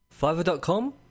Fiverr.com